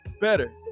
better